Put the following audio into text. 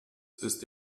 ist